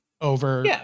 over